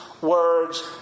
words